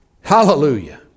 hallelujah